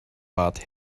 bad